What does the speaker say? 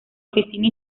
oficina